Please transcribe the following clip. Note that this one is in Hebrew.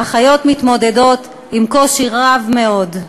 האחיות מתמודדות עם קושי רב מאוד,